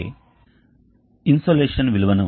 కాబట్టి ఆ విధంగా మనకు కొంత సమయం కావాలి